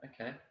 Okay